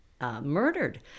Murdered